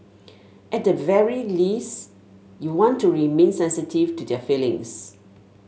at the very least you want to remain sensitive to their feelings